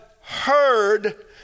heard